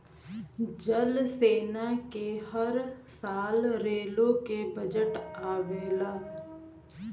जल सेना क हर साल रेलो के बजट आवला